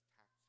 tax